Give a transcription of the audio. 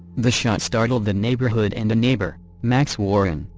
the shot startled the neighborhood and a neighbor, max warren,